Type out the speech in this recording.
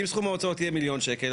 אם סכום ההוצאות יהיה מיליון שקל,